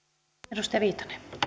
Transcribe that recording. arvoisa rouva puhemies